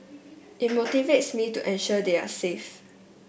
it motivates me to ensure they are safe